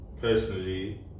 personally